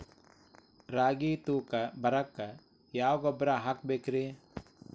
ರಾಗಿ ತೂಕ ಬರಕ್ಕ ಯಾವ ಗೊಬ್ಬರ ಹಾಕಬೇಕ್ರಿ?